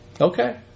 Okay